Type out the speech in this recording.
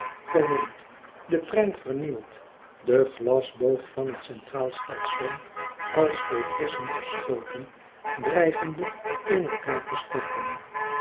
gewond den trein vernield den glasboog van het centraal station als vol bressen geschoten dreigende in elkaâr te storten